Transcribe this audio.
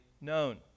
known